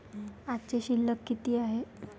आजची शिल्लक किती हाय?